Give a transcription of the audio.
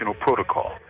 protocol